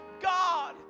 God